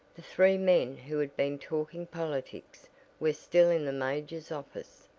the three men who had been talking politics were still in the major's office,